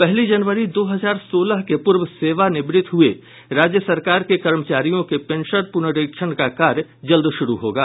पहली जनवरी दो हजार सोलह के पूर्व सेवानिवृत हुये राज्य सरकार के कर्मचारियों के पेंशन पुनरीक्षण का कार्य जल्द शुरू होगा